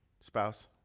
spouse